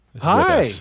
Hi